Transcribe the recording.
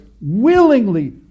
willingly